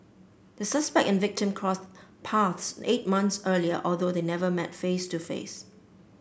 the suspect and victim crossed paths eight months earlier although they never met face to face